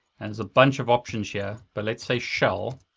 and there's a bunch of options here, but let's say shell,